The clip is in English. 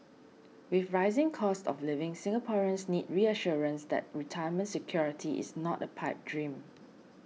with rising costs of living Singaporeans need reassurance that retirement security is not a pipe dream